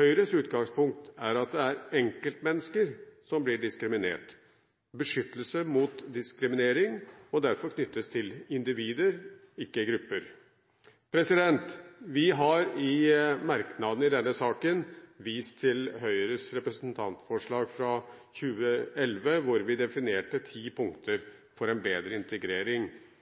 Høyres utgangspunkt er at det er enkeltmennesker som blir diskriminert. Beskyttelse mot diskriminering må derfor knyttes til individer, ikke grupper. Vi har i merknadene i denne saken vist til Høyres representantforslag fra 2011, hvor vi definerte ti punkter for en bedre integrering.